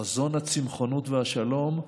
חזון הצמחונות והשלום,